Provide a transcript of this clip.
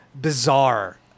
bizarre